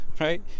right